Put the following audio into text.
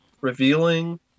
revealing